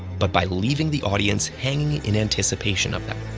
but by leaving the audience hanging in anticipation of them.